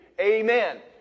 Amen